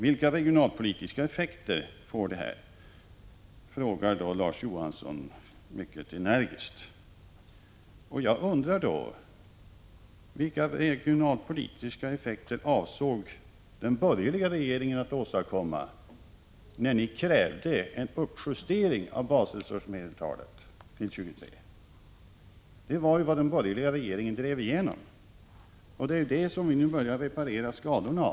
Vilka regionalpolitiska effekter får det här? frågar Larz Johansson mycket energiskt. Jag undrar då: Vilka regionalpolitiska effekter avsåg den borgerliga regeringen att åstadkomma, när den krävde en uppjustering av basresursmedeltalet till 23? Det var ju vad den borgerliga regeringen drev igenom, och det är skadorna av det som vi nu börjar att reparera.